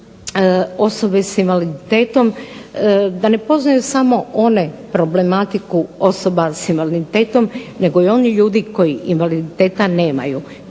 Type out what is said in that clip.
osobe sa invaliditetom, da ne poznaju samo one problematiku osoba sa invaliditetom, nego i oni ljudi koji invaliditeta nemaju.